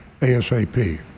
ASAP